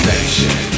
Nation